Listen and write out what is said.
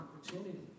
opportunity